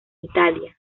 italia